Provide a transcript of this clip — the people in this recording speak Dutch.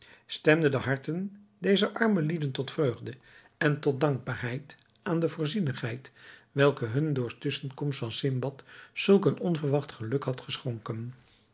stemde de harten dezer arme lieden tot vreugde en tot dankbaarheid aan de voorzienigheid welke hun door tusschenkomst van sindbad zulk een onverwacht geluk had geschonken